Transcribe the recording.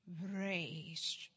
raised